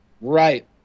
right